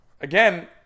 again